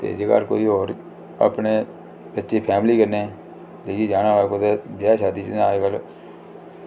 ते जेकर कोई होर अपने बच्चे फैमिली कन्नै लेइयै जाना होऐ कुदै ब्याह् शादी च कुदै